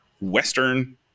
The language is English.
western